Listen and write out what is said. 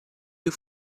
you